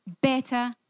better